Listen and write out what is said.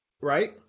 right